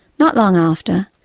not long after,